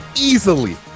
easily